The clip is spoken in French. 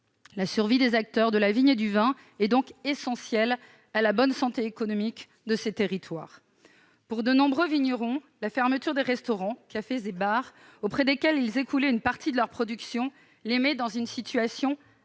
La survie des acteurs de la vigne et du vin est essentielle à la bonne santé économique de ces territoires. Pour de nombreux vignerons, la fermeture des restaurants, cafés et bars, auprès desquels ils écoulaient une partie de leur production, entraîne des conséquences